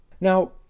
Now